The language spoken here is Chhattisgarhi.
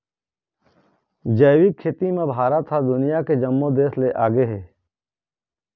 जैविक खेती म भारत ह दुनिया के जम्मो देस ले आगे हे